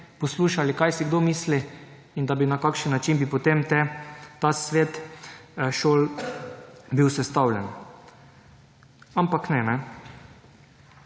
poslušali, kaj si kdo misli, in da bi na kakšen način bi potem te, ta svet šol bil sestavljen, ampak ne.